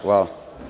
Hvala.